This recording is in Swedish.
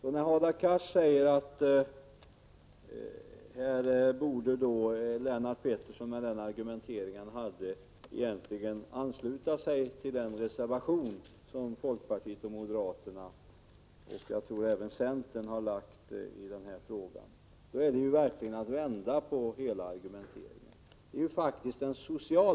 När Hadar Cars säger att här borde Lennart Pettersson med den argumentering han hade egentligen ansluta sig till den reservation som folkpartiet och moderaterna - jag tror även centern — har avgivit i den frågan, är det verkligen att vända på hela argumenteringen.